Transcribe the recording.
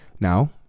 Now